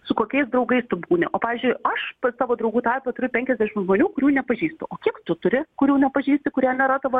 su kokiais draugais tu būni o pavyzdžiui aš savo draugų tarpe turiu penkiasdešimt žmonių kurių nepažįstu o kiek tu turi kurių nepažįsti kurie nėra tavo